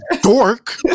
dork